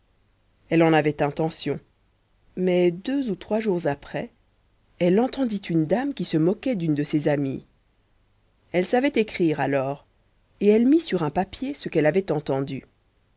elle en avait intention mais deux ou trois jours après elle entendit une dame qui se moquait d'une de ses amies elle savait écrire alors et elle mit sur un papier ce qu'elle avait entendu